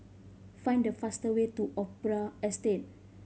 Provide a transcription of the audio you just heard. find the faster way to Opera Estate